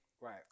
right